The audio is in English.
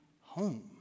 home